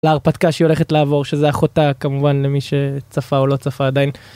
להרפתקה שהיא הולכת לעבור שזה אחותה כמובן למי שצפה או לא צפה עדיין.